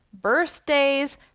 birthdays